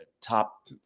top